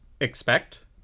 expect